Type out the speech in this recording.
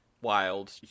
wild